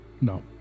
No